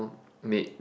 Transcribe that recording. made